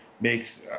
makes